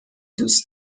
دوست